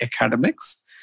academics